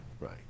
right